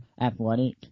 athletic